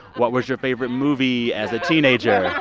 what was your favorite movie as a teenager? yeah